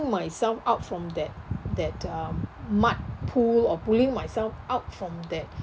myself out from that that um mud pool or pulling myself out from that